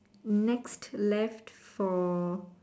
next left for